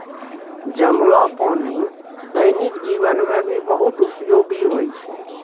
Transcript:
जमलो पानी दैनिक जीवन मे भी बहुत उपयोगि होय छै